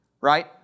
right